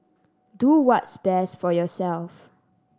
do what's best for yourself